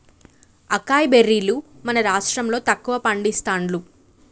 acai బెర్రీలు మన రాష్టం లో తక్కువ పండిస్తాండ్లు